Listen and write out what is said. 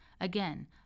Again